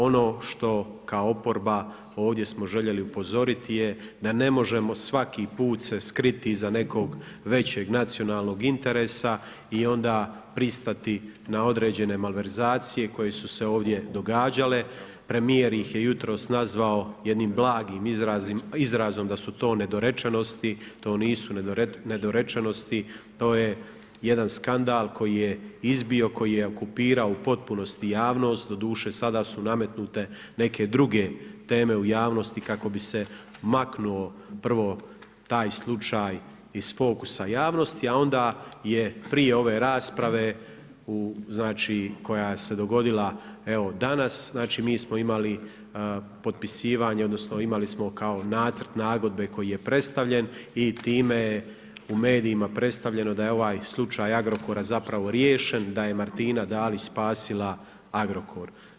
Ono što kao oporba ovdje smo željeli upozoriti je da ne možemo svaki put se skriti iza nekog većeg nacionalnog interesa i onda pristati na određene malverzacije koje su se ovdje događale, premijer ih je jutros nazvao jednim blagim izrazom da su to nedorečenosti, to nisu nedorečenosti, to je jedan skandal koji je izbio, koji je okupirao u potpunosti javnost, doduše sada su nametnute neke druge teme u javnosti kako bi se maknuo prvo taj slučaj iz fokusa javnosti, a onda je prije ove rasprave koja se dogodila evo danas, znači mi smo imali potpisivanje, odnosno imali smo kao nacrt nagodbe koji je predstavljen i time je u medijima predstavljena da je ovaj slučaj Agrokora zapravo riješen, da je Martina Dalić spasila Agrokor.